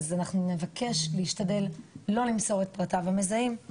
אז אנחנו נבקש להשתדל לא למסור את פרטיו המזהים,